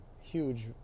huge